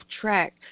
track